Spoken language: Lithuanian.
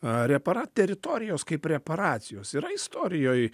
repara teritorijos kaip reparacijos yra istorijoj